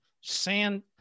sand